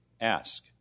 Ask